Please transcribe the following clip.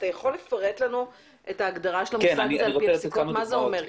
מה זה אומר?